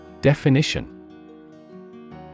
Definition